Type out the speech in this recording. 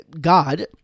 God